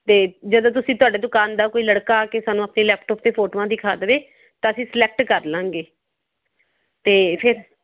ਤਾਂ ਜਦੋਂ ਤੁਸੀਂ ਤੁਹਾਡੇ ਦੁਕਾਨ ਦਾ ਕੋਈ ਲੜਕਾ ਆ ਕੇ ਸਾਨੂੰ ਆਪਣੇ ਲੈਪਟੋਪ 'ਤੇ ਫੋਟੋਆਂ ਦਿਖਾ ਦਵੇ ਤਾਂ ਅਸੀਂ ਸਲੈਕਟ ਕਰ ਲਾਵਾਂਗੇ ਅਤੇ ਫਿਰ